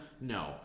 No